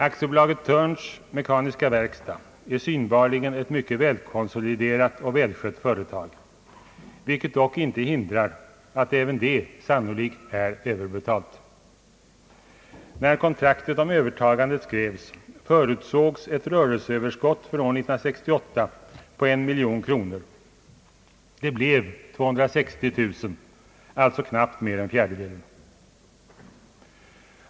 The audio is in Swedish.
AB Thörns mekaniska verkstad är synbarligen ett mycket välkonsoliderat och välskött företag, vilket dock inte hindrar att även det sannolikt är överbetalt. När kontraktet om övertagandet skrevs förutsågs ett rörelseöverskott för 1968 på en miljon kronor. Det blev 260 000 kronor — alltså knappt mer än fjärdedelen.